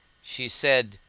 she said,